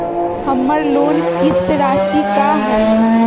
हमर लोन किस्त राशि का हई?